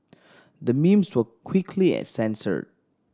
the memes were quickly and censored